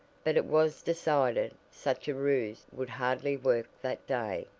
but it was decided such a ruse would hardly work that day,